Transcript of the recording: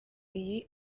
iyi